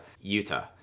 Utah